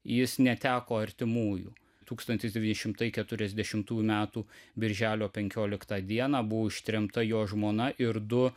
jis neteko artimųjų tūkstantis devyni šimtai keturiasdešimtųjų metų birželio penkioliktą dieną buvo ištremta jo žmona ir du